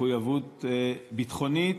מחויבות ביטחונית,